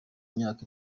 imyaka